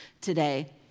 today